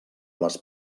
les